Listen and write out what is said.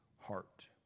heart